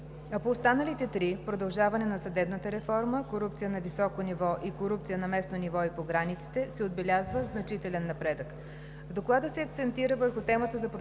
а по останалите три – „Продължаване на съдебната реформа“, „Корупция на високо ниво“ и „Корупция на местно ниво и по границите“, се отбелязва значителен напредък. В Доклада се акцентира върху темата за противодействието